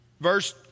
Verse